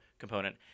component